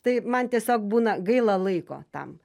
tai man tiesiog būna gaila laiko tam